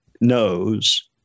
knows